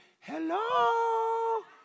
Hello